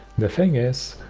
the thing is,